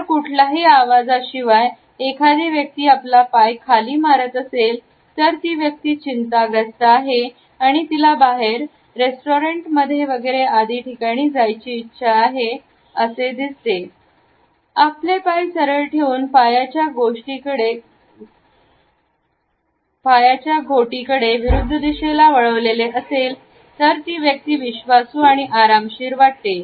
जर कुठल्याही आवाज शिवाय एखादी व्यक्ती आपला पाय खाली मारत असेल तर ती व्यक्ती चिंताग्रस्त आहे आणि तिला बाहेर रेस्टॉरंट मध्ये आदी ठिकाणी जायची इच्छा आहे असे दिसते आपले पाय सरळ ठेवून पायाच्या गोष्टीकडे विरुद्ध दिशेला वळवलेले असले तर ती व्यक्ती विश्वासू आणि आरामशीर वाटते